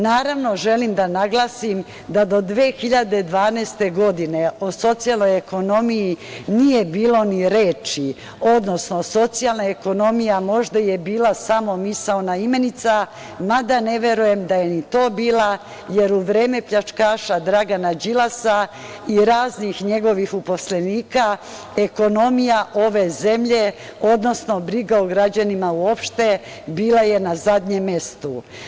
Naravno, želim da naglasim da do 2012. godine o socijalnoj ekonomiji nije bilo ni reči, odnosno socijalna ekonomija možda je bila samo misaona imenica, mada ne verujem da je ni to bila, jer u vreme pljačkaša Dragana Đilasa i raznih njegovih uposlenika, ekonomija ove zemlje, odnosno briga o građanima uopšte, bila je na zadnjem mestu.